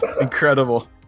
Incredible